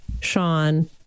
Sean